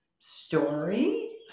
story